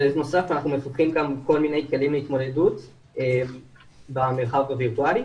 בנוסף אנחנו מפתחים כל מיני תקנים להתמודדות במרחב הווירטואלי.